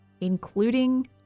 including